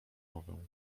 mowę